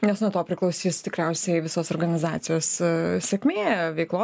nes nuo to priklausys tikriausiai visos organizacijos a sėkmė veiklos